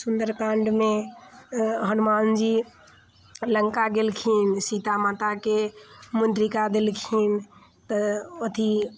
सुन्दरकाण्डमे अऽ हनुमानजी लङ्का गेलखिन सीता माताके मुन्द्रिका देलखिन तऽ अथी